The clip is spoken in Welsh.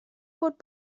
bod